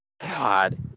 God